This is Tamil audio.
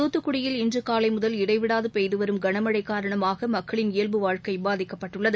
துத்துக்குடியில் இன்றுகாலைமுதல் இடைவிடாதபெய்துவரும் கனமழகாரணமாகமக்களின் இயல்பு வாழ்க்கைபாதிக்கப்பட்டுள்ளது